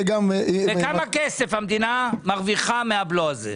וכמה כסף המדינה מרוויחה מהבלו הזה?